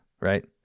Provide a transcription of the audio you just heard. right